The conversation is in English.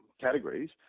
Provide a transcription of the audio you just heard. categories